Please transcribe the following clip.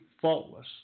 faultless